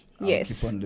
Yes